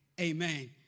amen